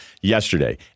yesterday